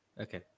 Okay